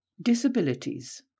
Disabilities